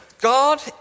God